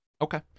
Okay